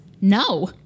no